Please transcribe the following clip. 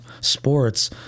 sports